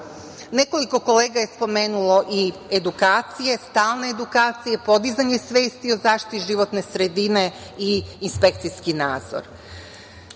rešavati. Nekoliko kolega je spomenulo i edukacije, stalne edukacije, podizanje svesti o zaštiti životne sredine i inspekcijski nadzor. Po